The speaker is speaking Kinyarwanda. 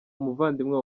umuvandimwe